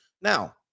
now